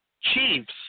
Chiefs